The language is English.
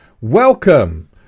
welcome